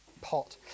pot